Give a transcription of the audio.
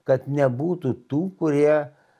kad nebūtų tų kurie